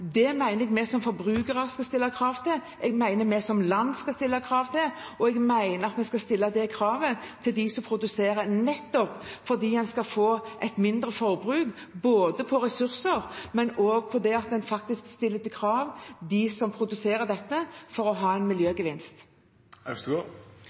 Det mener jeg vi som forbrukere skal stille krav om, og at vi som land skal stille krav om, og jeg mener at vi skal stille det kravet til dem som produserer, nettopp for å få et mindre forbruk av ressurser for å ha en miljøgevinst. Det er viktig å si at det produseres ting, som elektronikk, som varer kortere tid enn det som